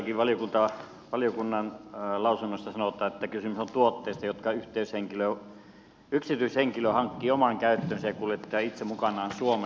tässä todellakin valiokunnan lausunnossa sanotaan että kysymys on tuotteista jotka yksityishenkilö hankkii omaan käyttöönsä ja kuljettaa itse mukanaan suomeen